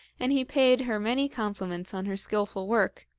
and he paid her many compliments on her skilful work,